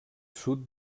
sud